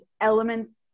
elements